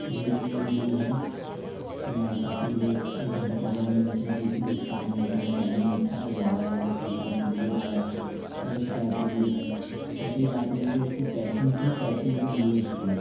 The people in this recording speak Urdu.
لیٹ ڈلیوری ہوئی ہے میں کافی دیر ایک گھنٹہ پہلے میں نے بوکنگ کی تھی اس کا آنے کا ٹائم پندرہ منٹ تھا وہ آیا ہے پینتالیس منٹ لیٹ آیا ہے پہلی شکایت تو یہ ہے دوسری بات یہ جو اس کی پیکنگ تھی پینکگ ایک دم لوز تھی